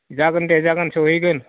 जागोन दे जागोन सहैगोन